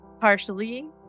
partially